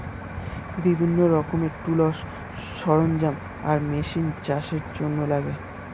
বিভিন্ন রকমের টুলস, সরঞ্জাম আর মেশিন চাষের জন্যে লাগে